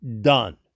done